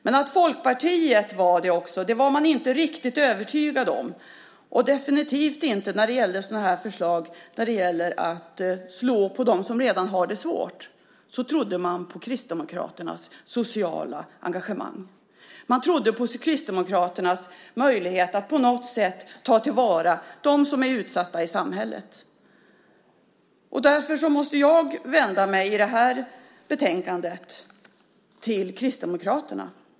De var dock inte helt övertygade om att också Folkpartiet var det, och definitivt inte när det gällde förslag om att slå på dem som redan har det svårt. Däremot trodde de på Kristdemokraternas sociala engagemang. De trodde på Kristdemokraternas möjligheter att på något sätt ta till vara dem som är utsatta i samhället. Därför måste jag i debatten om detta betänkande vända mig till Kristdemokraterna.